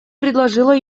предложила